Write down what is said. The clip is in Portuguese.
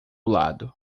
lado